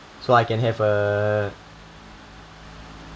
so I can have a